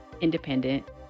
independent